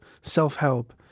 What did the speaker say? self-help